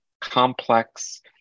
complex